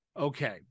okay